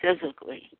physically